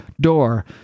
Door